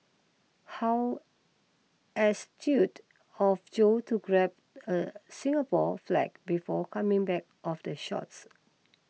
how astute of Joe to grab a Singapore flag before coming back of the shots